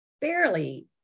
barely